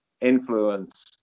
influence